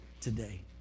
today